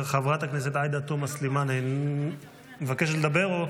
חברת הכנסת עאידה תומא סלימאן, מבקשת לדבר?